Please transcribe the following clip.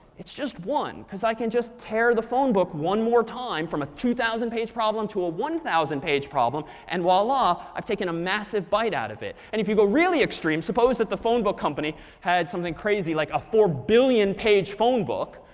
it's just one, because i can just tear the phone book one more time from a two thousand page problem to a one thousand page problem, and voila. i've taken a massive bite out of it. and if you go really extreme, suppose that the phone book company had something crazy like a four billion page phone book.